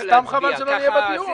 סתם חבל שלא נהיה בדיון.